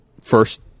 first